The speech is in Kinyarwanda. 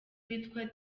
witwa